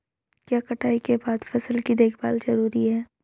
क्या कटाई के बाद फसल की देखभाल जरूरी है?